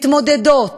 מתמודדות,